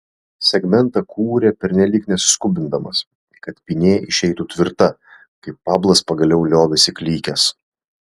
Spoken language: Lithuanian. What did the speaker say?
segmentą kūrė pernelyg nesiskubindamas kad pynė išeitų tvirta kai pablas pagaliau liovėsi klykęs